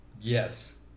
Yes